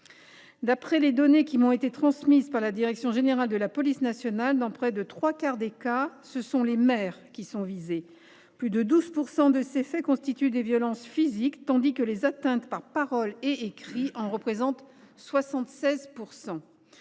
D’après les données qui m’ont été transmises par la direction générale de la police nationale, dans près de trois quarts des cas, ce sont les maires qui sont visés. Plus de 12 % de ces faits constituent des violences physiques, tandis que les atteintes par paroles et écrits en représentent 76 %.